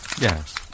Yes